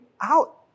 out